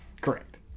Correct